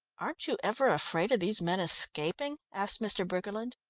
aren't you ever afraid of these men escaping? asked mr. briggerland.